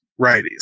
righties